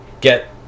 get